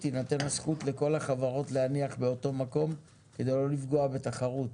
תינתן הזכות לכל החברות להניח באותו מקום כדי לא לפגוע בתחרות